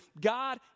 God